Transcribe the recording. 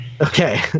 Okay